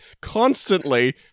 constantly